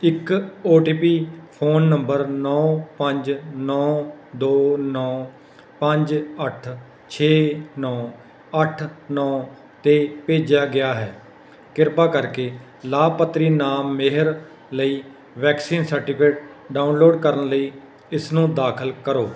ਇੱਕ O T P phone number ਨੋ ਪੰਜ ਨੌਂ ਦੋ ਨੌਂ ਪੰਜ ਅੱਠ ਛੇ ਨੌਂ ਅੱਠ ਨੌਂ 'ਤੇ ਭੇਜਿਆ ਗਿਆ ਹੈ ਕਿਰਪਾ ਕਰਕੇ ਲਾਭਪਾਤਰੀ ਨਾਮ ਮੇਹਰ ਲਈ ਵੈਕਸੀਨ ਸਰਟੀਫਿਕੇਟ ਡਾਊਨਲੋਡ ਕਰਨ ਲਈ ਇਸ ਨੂੰ ਦਾਖ਼ਲ ਕਰੋ